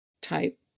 type